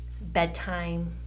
bedtime